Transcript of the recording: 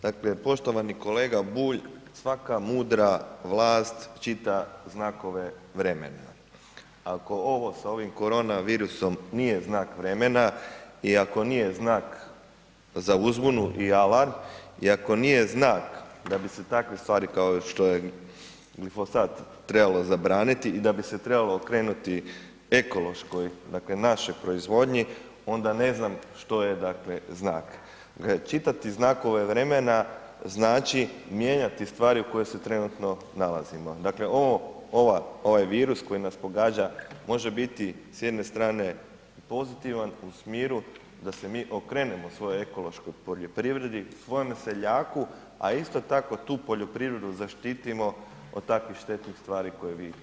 Dakle poštovani kolega Bulj, svaka mudra vlast čita znakove vremena, ako ovo sa ovim korona virusom nije znak vremena, i ako nije znak za uzbunu i alarm, i ako nije znak da bi se takve stvari kao što je glifosat, trebalo zabraniti, i da bi se trebalo okrenuti ekološkoj, dakle našoj proizvodnji, onda ne znam što je dakle znak. ... čitati znakove vremena znači mijenjati stvari u kojoj se trenutno nalazimo, dakle, ovo, ova, ovaj virus koji nas pogađa može biti s jedne strane i pozitivan u smjeru da se mi okrenemo svojoj ekološkoj poljoprivredi, svome seljaku, a isto tako tu poljoprivredu zaštitimo od takvih štetnih stvari koje vi zagovarate.